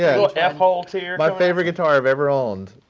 yeah little yeah f-hole tier. my favorite guitar i've ever owned.